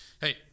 hey